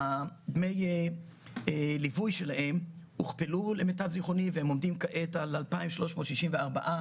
דמי הליווי שלהם הוכפלו למיטב זיכרוני והם עומדים כעת על 2,364 שקלים.